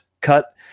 cut